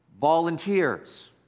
Volunteers